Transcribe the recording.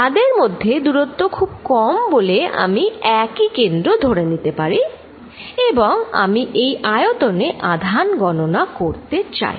তাদের মধ্যে দূরত্ব খুব কম বলে আমি একই কেন্দ্র ধরে নিতে পারি এবং আমি এই আয়তনে আধান গননা করতে চাই